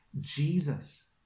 Jesus